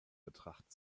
betracht